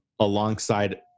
alongside